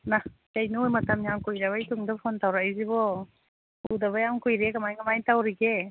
ꯏꯃꯥ ꯀꯩꯅꯣ ꯃꯇꯝ ꯌꯥꯝ ꯀꯨꯏꯔꯕꯩ ꯇꯨꯡꯗ ꯐꯣꯟ ꯇꯧꯔꯛꯏꯁꯤꯕꯣ ꯎꯗꯕ ꯌꯥꯝ ꯀꯨꯏꯔꯦ ꯀꯃꯥꯏ ꯀꯃꯥꯏ ꯇꯧꯔꯤꯒꯦ